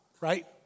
right